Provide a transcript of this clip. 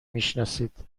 میشناسید